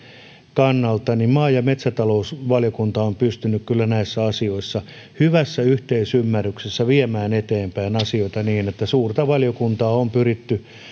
kannalta että maa ja metsätalousvaliokunta on pystynyt näissä asioissa hyvässä yhteisymmärryksessä viemään eteenpäin asioita niin että suurta valiokuntaa on pyritty